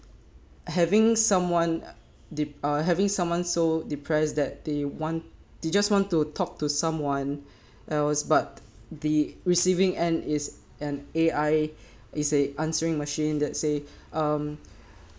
having someone uh dep~ uh having someone so depressed that they want they just want to talk to someone else but the receiving end is an A_I is a answering machine that say um